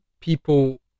people